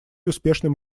успешным